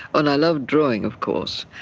and i loved drawing of course,